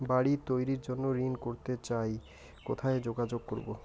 বাড়ি তৈরির জন্য ঋণ করতে চাই কোথায় যোগাযোগ করবো?